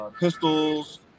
pistols